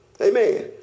amen